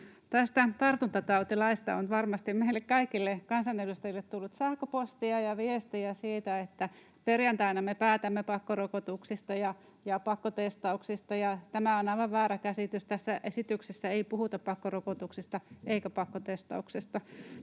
tartuntatautilaista on varmasti meille kaikille kansanedustajille tullut sähköpostia ja viestejä, siitä, että perjantaina me päätämme pakkorokotuksista ja pakkotestauksista, ja tämä on aivan väärä käsitys. Tässä esityksessä ei puhuta pakkorokotuksista eikä pakkotestauksesta.